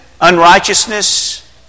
Unrighteousness